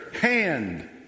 hand